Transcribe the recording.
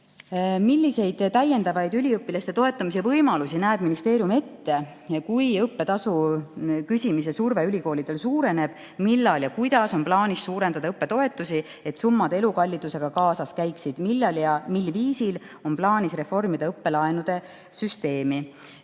"Milliseid täiendavaid üliõpilaste toetamise võimalusi näeb ministeerium ette, kui õppetasu küsimise surve ülikoolidele suureneb? Millal ja kuidas on plaanis suurendada õppetoetusi, et summad elukallidusega kaasas käiksid? Millal ja mil viisil on plaanis reformida õppelaenude süsteemi?"